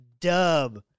dub